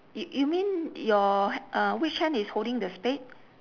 you you mean your h~ uh which hand is holding the spade